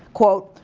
quote,